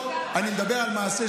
אני מסכים איתך.